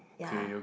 ya